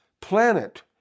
planet